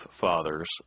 fathers